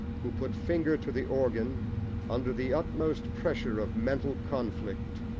who put finger to the organ under the utmost pressure of mental conflict,